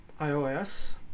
iOS